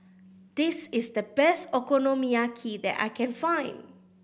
this is the best Okonomiyaki that I can find